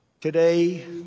Today